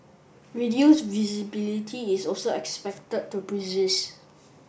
reduced visibility is also expected to persist